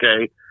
Okay